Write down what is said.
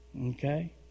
Okay